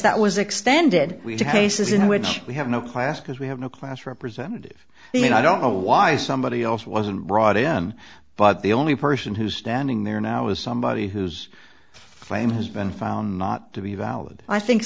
that was extended to pace is in which we have no class because we have no class representative i mean i don't know why somebody else wasn't brought in but the only person who's standing there now is somebody whose flame has been found not to be valid i think